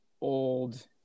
old